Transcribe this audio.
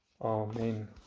Amen